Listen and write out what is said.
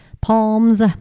palms